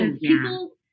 people